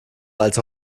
als